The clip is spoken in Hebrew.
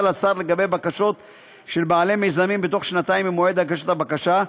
לשר לגבי בקשות של בעלי מיזמים בתוך שנתיים ממועד הגשת הבקשה,